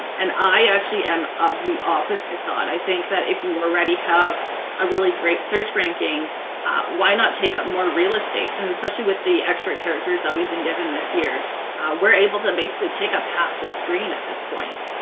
and i actually am of the opposite thought. i think that if you would already have a really great search ranking why not take up more real estate? and especially with the extra characters that we've been given this year we're able to basically take up half the screen at this point!